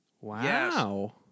Wow